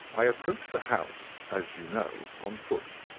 i approached the house, as you know, on foot,